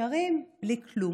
נשארים בלי כלום.